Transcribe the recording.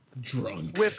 drunk